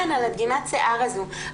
כן, על דגימת השיער הזו.